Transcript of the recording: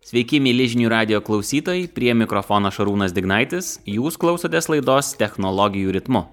sveiki mieli žinių radijo klausytojai prie mikrofono šarūnas dignaitis jūs klausotės laidos technologijų ritmu